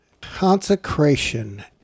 consecration